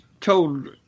told